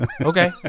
Okay